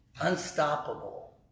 unstoppable